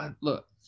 look